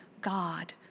God